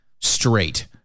straight